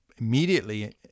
immediately